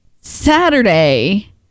Saturday